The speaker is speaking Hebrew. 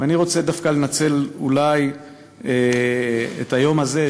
ואני רוצה דווקא לנצל אולי את היום הזה,